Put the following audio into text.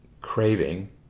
craving